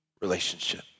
relationship